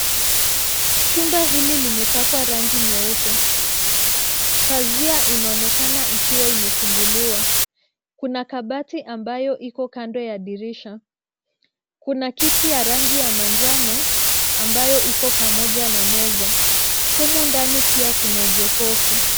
Jumba hili limepakwa rangi nyeupe. Pazia inaonekana ikiwa imefunguliwa. Kuna kabati ambayo iko kando ya dirisha. Kuna kiti ya rangi ya manjano ambayo iko pamoja na meza. Humu ndani pia kuna jokofu.